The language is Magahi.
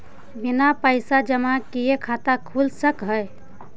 बिना पैसा जमा किए खाता खुल सक है?